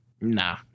Nah